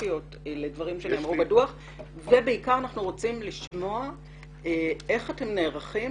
ספציפיות לדברים שנאמרו בדוח ובעיקר אנחנו רוצים לשמוע איך אתם נערכים